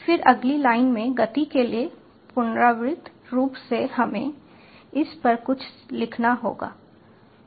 फिर अगली लाइन में गति के लिए पुनरावृत्त रूप से हमें इस पर कुछ लिखना होगा